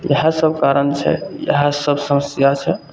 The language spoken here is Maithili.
इएहसब कारण छै इएहसब समस्या छै